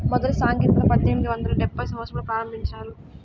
మొదటి సాంకేతికత పద్దెనిమిది వందల డెబ్భైవ సంవచ్చరంలో ప్రారంభించారు